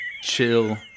chill